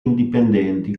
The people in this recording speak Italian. indipendenti